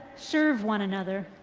serve one another,